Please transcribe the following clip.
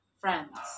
friends